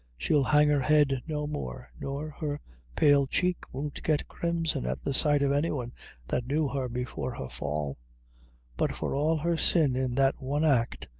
she'll hang her head no more, nor her pale cheek won't get crimson at the sight of any one that knew her before her fall but for all her sin in that one act,